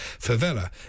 favela